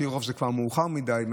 זה כבר מאוחר מדי,